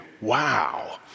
wow